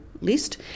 list